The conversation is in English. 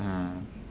mm